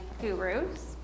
gurus